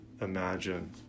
imagine